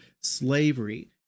slavery